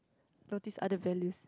notice other values